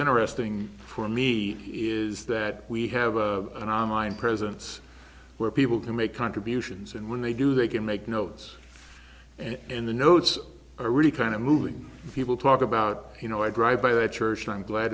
interesting for me is that we have a an online presence where people can make contributions and when they do they can make notes in the notes are really kind of moving people talk about you know i drive by the church and i'm glad